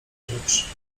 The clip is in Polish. rzecz